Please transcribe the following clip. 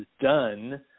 done